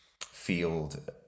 field